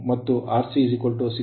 37ohm ಮತ್ತು Rc 600Ohm